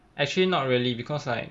actually not really because like